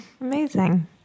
Amazing